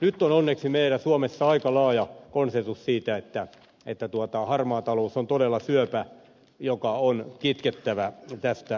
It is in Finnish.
nyt on onneksi meillä suomessa aika laaja konsensus siitä että harmaa talous on todella syöpä joka on kitkettävä tästä maasta